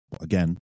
again